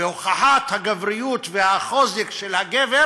והוכחת הגבריות והחוזק של הגבר